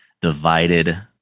divided